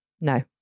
No